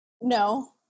No